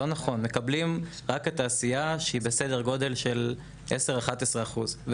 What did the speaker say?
רק התעשייה שהיא בסדר גודל של 10%-11% מקבלת,